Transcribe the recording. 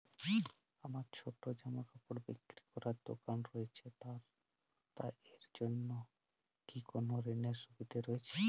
আমার ছোটো জামাকাপড় বিক্রি করার দোকান রয়েছে তা এর জন্য কি কোনো ঋণের সুবিধে রয়েছে?